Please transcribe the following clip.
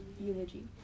eulogy